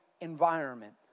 environment